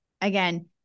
again